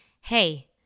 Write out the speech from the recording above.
hey